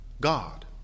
God